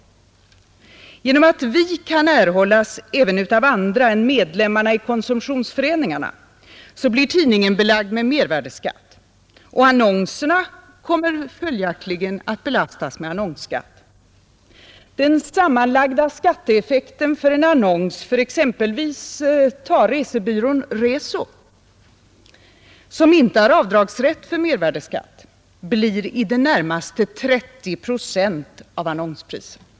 Genom att Vi kan erhållas även av andra än medlemmarna i konsumtionsföreningarna blir tidningen belagd med mervärdeskatt, och annonserna kommer följaktligen att belastas med annonsskatt. Den sammanlagda skatteeffekten för en annons för exempelvis resebyrån Reso, som inte har avdragsrätt för mervärdeskatt, blir i det närmaste 30 procent av annonspriset.